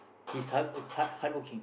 he's hard hard hardworking